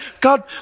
God